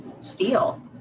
steel